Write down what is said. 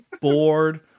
bored